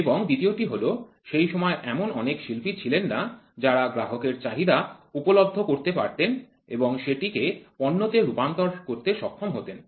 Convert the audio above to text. এবং দ্বিতীয়টি হল সেই সময় এমন অনেক শিল্পী ছিলেন না যারা গ্রাহকের চাহিদা উপলব্ধ করতে পারতেন এবং সেটিকে পণ্যতে রূপান্তর করতে সক্ষম হতেন